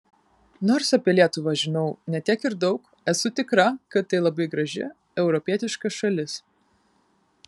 nors apie lietuvą žinau ne tiek ir daug esu tikra kad tai labai graži europietiška šalis